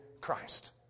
Christ